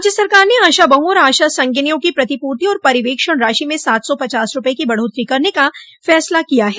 राज्य सरकार ने आशा बहुओं और आशा संगिनियों की प्रतिपूर्ति और परिवेक्षण राशि में सात सौ पचास रूपये की बढ़ोत्तरी करने फैसला किया है